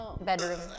Bedroom